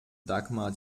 dagmar